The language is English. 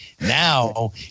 Now